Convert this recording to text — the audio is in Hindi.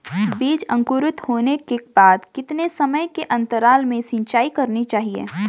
बीज अंकुरित होने के बाद कितने समय के अंतराल में सिंचाई करनी चाहिए?